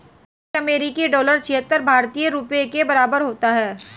एक अमेरिकी डॉलर छिहत्तर भारतीय रुपये के बराबर होता है